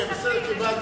קיבלתי.